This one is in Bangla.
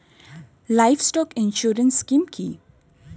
লাইভস্টক ইন্সুরেন্স স্কিম কি?